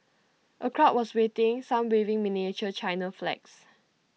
A crowd was waiting some waving miniature China flags